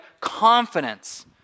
confidence